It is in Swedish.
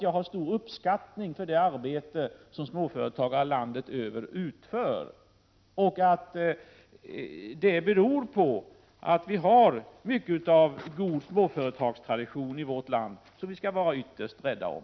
Jag hyser stor uppskattning för det arbete som småföretagare landet över utför. Att vi har haft framgång med småföretagsverksamheten beror på att vi har mycket av god småföretagstradition i vårt land som vi skall vara ytterst rädda om.